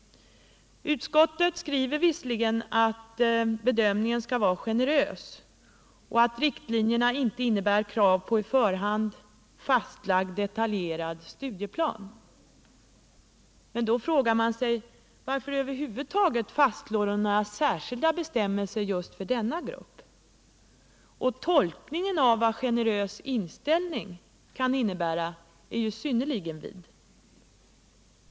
Utskottet skriver visserligen att bedömningen skall vara generös och att riktlinjerna inte innebär krav på i förhand fastlagd detaljerad studieplan. Då frågar man sig: Varför över huvud taget faststå några särskilda bestämmelser för just denna grupp? Och tolkningen av vad generös inställning kan innebära är ju synnerligen vid.